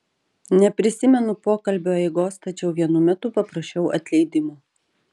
neprisimenu pokalbio eigos tačiau vienu metu paprašiau atleidimo